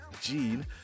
Gene